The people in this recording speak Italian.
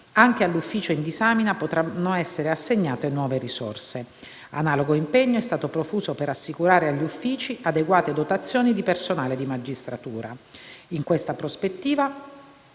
anche all'ufficio in disamina potranno essere assegnate nuove risorse. Analogo impegno è stato profuso per assicurare agli uffici adeguate dotazioni di personale di magistratura. In questa prospettiva,